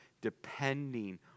depending